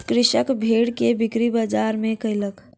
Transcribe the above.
कृषक भेड़ के बिक्री बजार में कयलक